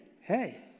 hey